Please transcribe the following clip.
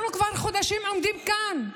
אנחנו כבר חודשים עומדים כאן,